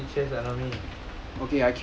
做么你要去 chase enemy